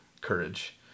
courage